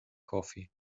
coffee